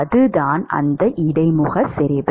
அதுதான் அந்த இடைமுக செறிவு